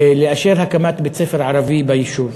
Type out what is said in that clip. לאשר הקמת בית-ספר ערבי ביישוב.